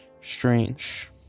strange